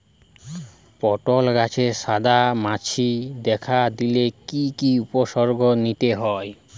পটল গাছে সাদা মাছি দেখা দিলে কি কি উপসর্গ নিতে হয়?